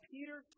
Peter